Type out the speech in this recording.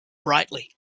brightly